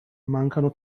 mancano